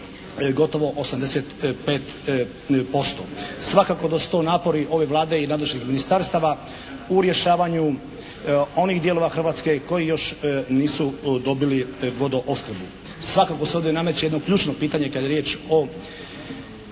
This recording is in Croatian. gotovo 85%. Svakako da su to napori ove Vlade i nadležnih ministarstava u rješavanju onih dijelova Hrvatske koji još nisu dobili vodoopskrbu. Svakako se ovdje nameće jedno ključno pitanje kad je riječ o